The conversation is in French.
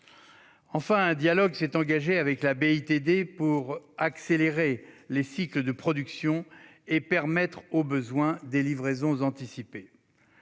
Enfin, un dialogue s'est engagé avec la BITD pour accélérer les cycles de production et permettre, au besoin, des livraisons anticipées.